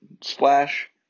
splash